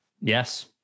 Yes